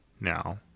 now